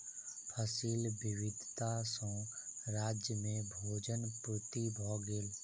फसिल विविधता सॅ राज्य में भोजन पूर्ति भ गेल